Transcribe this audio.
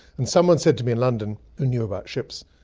and someone said to me in london, who knew about ships,